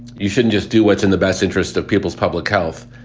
you shouldn't just do what's in the best interest of people's public health.